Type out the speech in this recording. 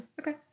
okay